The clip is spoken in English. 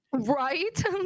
Right